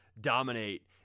dominate